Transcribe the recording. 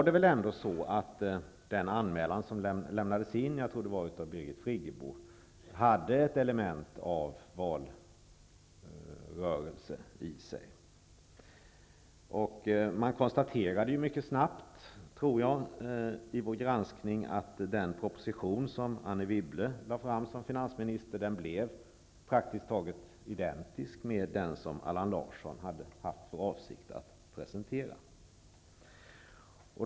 Den anmälan som lämnades in, av Birgit Friggebo tror jag, hade ett element av valrörelse i sig. Vi konstaterade mycket snabbt i vår granskning att den proposition som Anne Wibble lade fram som finansminister blev praktiskt taget identisk med den som Allan Larsson hade haft för avsikt att presentera.